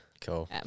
Cool